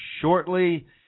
shortly